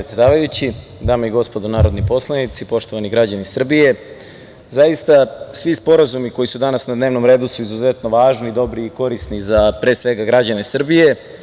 Dame i gospodo narodni poslanici, poštovani građani Srbije, zaista, svi sporazumi koji su danas na dnevnom redu su izuzetno važni, dobri i korisni za, pre svega, građane Srbije.